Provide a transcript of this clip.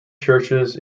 churches